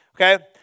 Okay